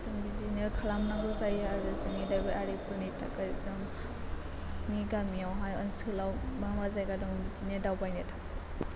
जों बिदिनो खालामनांगौ जायो आरो जोङो दावबायारिफोरनि थाखाय जोंनि गामियावहाय ओनसोलाव मा मा जायगा दं बिदिनो दावबायनो थाखाय